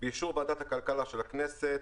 [באישור ועדת הכלכלה של הכנסת,